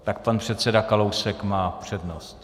Tak pan předseda Kalousek má přednost.